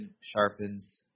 sharpens